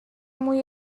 muy